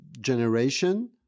generation